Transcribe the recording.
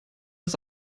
ist